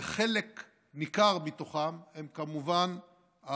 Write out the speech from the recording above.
וחלק ניכר מתוכם הם יהודים, כמובן.